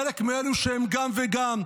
חלק מאלו שהם גם וגם,